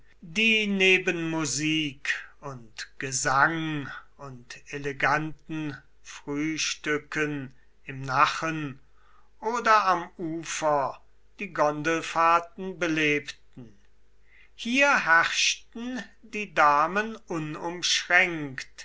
die neben musik und gesang und eleganten frühstücken im nachen oder am ufer die gondelfahrten belebten hier herrschten die damen